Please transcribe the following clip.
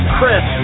Chris